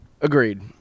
Agreed